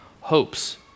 hopes